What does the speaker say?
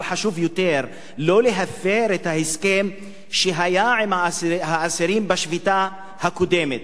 אבל חשוב יותר לא להפר את ההסכם שהיה עם האסירים בשביתה הקודמת.